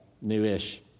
new-ish